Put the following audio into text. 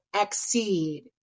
exceed